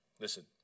Listen